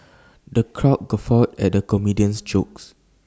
the crowd guffawed at the comedian's jokes